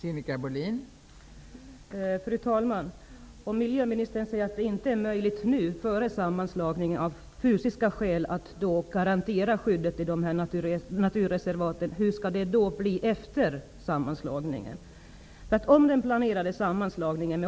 Fru talman! Miljöministern sade att det av fysiska skäl inte var möjligt att garantera skydden för naturreservaten före sammanslagningen. Hur blir det då efter sammanslagningen?